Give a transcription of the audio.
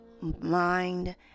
mind